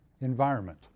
environment